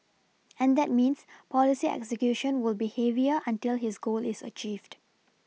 and that means policy execution will be heavier until his goal is achieved